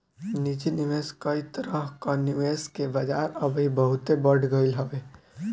निजी निवेश कई तरह कअ निवेश के बाजार अबही बहुते बढ़ गईल हवे